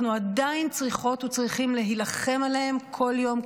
אנחנו עדיין צריכות וצריכים להילחם עליהם כל יום,